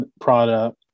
product